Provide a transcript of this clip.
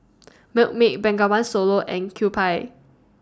Milkmaid Bengawan Solo and Kewpie